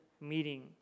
meeting